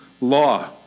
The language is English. law